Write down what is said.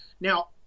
Now